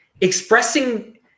expressing